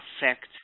affect